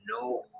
no